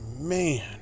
man